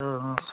औ औ